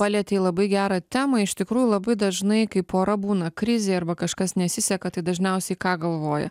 palietei labai gerą temą iš tikrųjų labai dažnai kai pora būna krizėj arba kažkas nesiseka tai dažniausiai ką galvoja